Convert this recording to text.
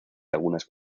lagunas